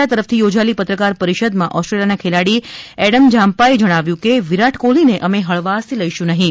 લિયા તરફથી યોજાયેલી પત્રકાર પરિષદમાં ઓસેમ્લિયાના ખેલાડી એડમ જામપાએ જણાવ્યું હતું કે વિરાટ કોહલીને અમે હળવાશથી લઇશું નહીં